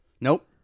nope